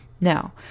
Now